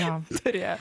tie kurie